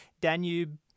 Danube